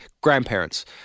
grandparents